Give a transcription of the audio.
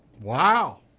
Wow